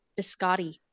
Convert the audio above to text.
biscotti